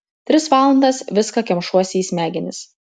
tris valandas viską kemšuosi į smegenis